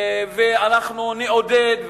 ואנחנו נעודד,